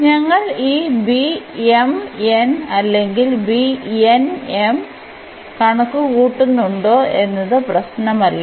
അതിനാൽ ഞങ്ങൾ ഈ അല്ലെങ്കിൽ കണക്കുകൂട്ടുന്നുണ്ടോ എന്നത് പ്രശ്നമല്ല